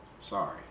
Sorry